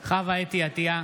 עטייה,